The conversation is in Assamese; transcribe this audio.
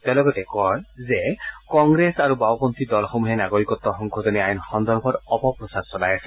তেওঁ লগতে কয় যে কংগ্ৰেছ আৰু বাওঁপন্থী দলসমূহে নাগৰিকত্ব সংশোধনী আইন সন্দৰ্ভত অপপ্ৰচাৰ চলাই আছে